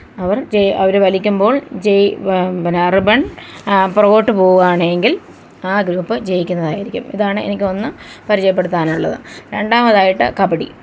അവർ ജേ അവര് വലിക്കുമ്പോൾ ജയ് പിന്നെ റിബൺ പുറകോട്ട് പോകുവാണേൽ എങ്കിൽ ആ ഗ്രൂപ്പ് ജയിക്കുന്നതായിരിക്കും ഇതാണ് എനിക്കൊന്ന് പരിചയപ്പെട്ത്താനുള്ളത് രണ്ടാമതായിട്ട് കബഡി